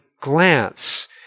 glance